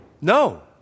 No